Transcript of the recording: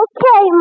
Okay